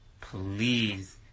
please